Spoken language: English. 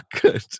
good